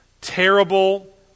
terrible